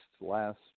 last